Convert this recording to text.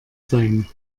sein